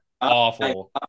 awful